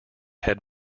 head